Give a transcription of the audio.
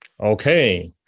Okay